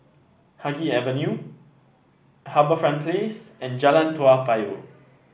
Haig Avenue HarbourFront Place and Jalan Toa Payoh